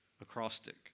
acrostic